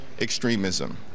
extremism